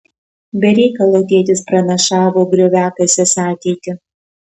be reikalo tėtis pranašavo grioviakasės ateitį